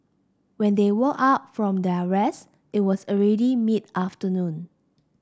when they woke up from their rest it was already mid afternoon